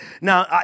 Now